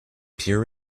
pure